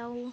दाउ